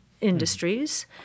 industries